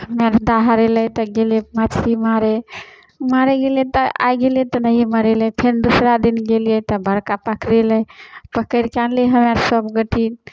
हम्मे आर दाहार एलै तऽ गेलियै मछरी मारय मारय गेलियै तऽ आइ गेलियै तऽ नहिए मरेलै फेर दूसरा दिन गेलियै तऽ बड़का पकड़ेलै पकड़िकऽ अनली हम सब गोटे